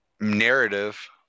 narrative